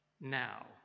now